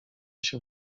się